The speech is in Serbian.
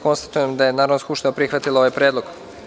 Konstatujem da je Narodna skupština prihvatila ovaj predlog.